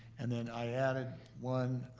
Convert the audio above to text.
and then i added one,